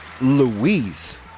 Louise